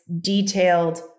detailed